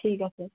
ঠিক আছে